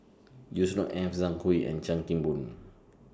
Yusnor Ef Zhang Hui and Chan Kim Boon